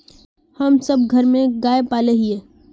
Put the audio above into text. हम सब घर में गाय पाले हिये?